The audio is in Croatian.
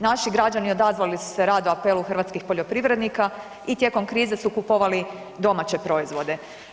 Naši građani odazvali su se radu, apelu hrvatskih poljoprivrednika i tijekom krize su kupovali domaće proizvode.